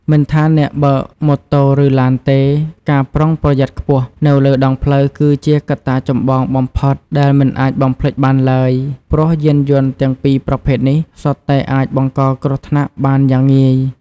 មិនថាអ្នកបើកម៉ូតូឬឡានទេ ការប្រុងប្រយ័ត្នខ្ពស់នៅលើដងផ្លូវគឺជាកត្តាចម្បងបំផុតដែលមិនអាចបំភ្លេចបានឡើយ ព្រោះយានយន្តទាំងពីរប្រភេទនេះសុទ្ធតែអាចបង្កគ្រោះថ្នាក់បានយ៉ាងងាយ។